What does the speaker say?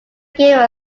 gave